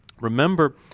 Remember